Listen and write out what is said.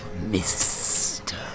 Mr